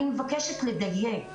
אני מבקשת לדייק.